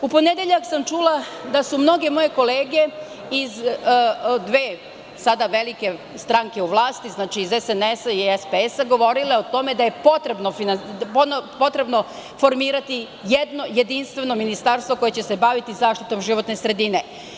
U ponedeljak sam čula da su mnoge moje kolege iz dve sada velike stranke u vlasti, znači iz SNS i SPS, govorile o tome da je potrebno formirati jedno jedinstveno ministarstvo koje će se baviti zaštitom životne sredine.